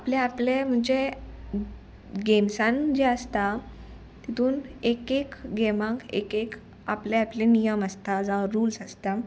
आपले आपले म्हणजे गेम्सान जे आसता तितून एक एक गेमांक एक एक आपले आपले नियम आसता जावं रुल्स आसता